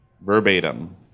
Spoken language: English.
Verbatim